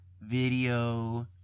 video